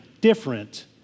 different